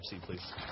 please